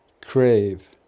crave